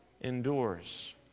endures